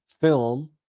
film